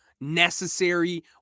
necessary